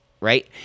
right